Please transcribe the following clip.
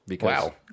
Wow